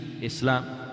Islam